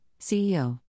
CEO